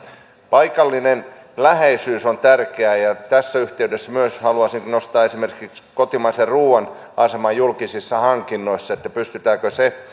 paikallinen läheisyys on tärkeää ja tässä yhteydessä myös haluaisin nostaa esimerkiksi kotimaisen ruuan aseman julkisissa hankinnoissa että pystytäänkö se